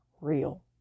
real